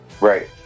right